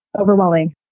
overwhelming